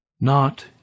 Not